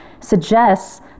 suggests